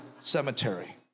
cemetery